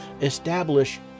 establish